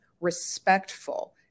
respectful